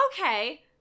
okay